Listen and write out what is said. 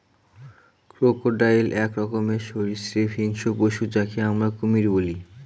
crocodile এক রকমের সরীসৃপ হিংস্র পশু যাকে আমরা কুমির বলি